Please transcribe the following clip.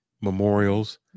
memorials